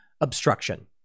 obstruction